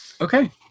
okay